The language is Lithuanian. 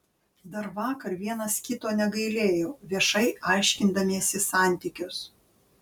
dar vakar vienas kito negailėjo viešai aiškindamiesi santykius